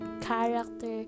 character